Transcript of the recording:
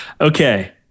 Okay